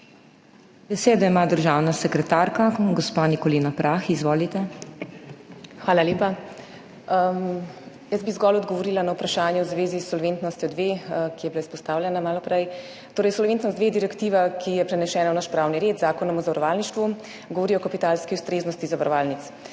PRAH (državna sekretarka MF):** Hvala lepa. Jaz bi zgolj odgovorila na vprašanje v zvezi s solventnostjo 2, ki je bila izpostavljena malo prej. Torej solventnost 2 direktiva, ki je prenesena v naš pravni red z Zakonom o zavarovalništvu, govori o kapitalski ustreznosti zavarovalnic.